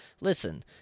listen